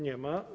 Nie ma.